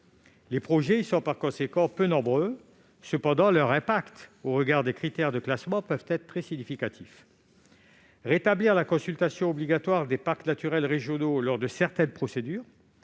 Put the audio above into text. Les projets y sont par conséquent peu nombreux, mais leurs impacts au regard des critères de classement peuvent être importants. Rétablir une consultation obligatoire des parcs naturels régionaux dans le cadre de certaines procédures